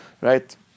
right